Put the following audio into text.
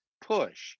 push